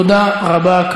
תודה רבה.